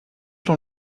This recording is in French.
dans